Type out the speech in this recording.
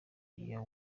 are